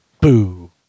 Boo